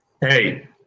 Hey